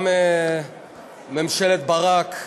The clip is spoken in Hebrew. גם ממשלת ברק,